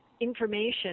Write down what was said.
information